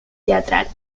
teatral